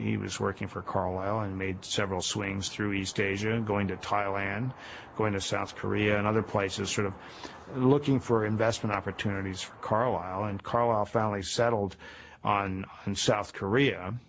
he was working for carlisle and made several swings through east asia and going to thailand going to south korea and other places sort of looking for investment opportunities for carlyle and carlyle family settled on and south korea